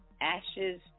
ashes